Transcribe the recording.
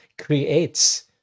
creates